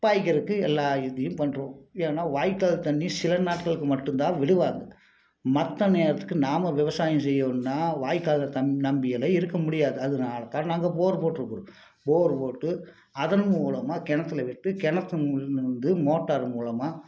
பாய்க்குறதுக்கு எல்லா இதையும் பண்ணுறோம் ஏன்னால் வாய்க்கால் தண்ணி சில நாட்களுக்கு மட்டும் தான் விழுவாது மற்ற நேரத்துக்கு நாம் விவசாயம் செய்யணும்னால் வாய்க்காலில் தம் நம்பியெலாம் இருக்க முடியாது அதனால தான் நாங்கள் போர் போட்டிருக்குறோம் போர் போட்டு அதன் மூலமாக கிணத்தில் விட்டு கிணற்று மூலயமா வந்து மோட்டார் மூலமாக